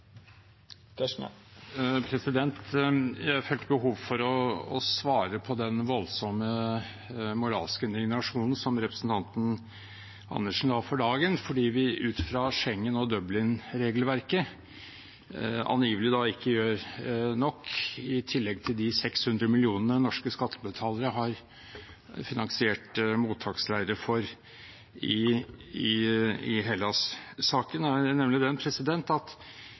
Jeg følte behov for å svare på den voldsomme moralske indignasjonen som representanten Karin Andersen la for dagen fordi vi ut fra Schengen- og Dublin-regelverket angivelig ikke gjør nok, i tillegg til de 600 mill. kr norske skattebetalere har finansiert for mottaksleirer i Hellas. Saken er nemlig den at